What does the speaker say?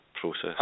Process